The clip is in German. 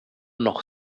noch